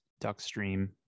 Duckstream